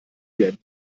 gelben